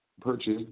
purchase